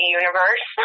universe